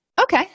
Okay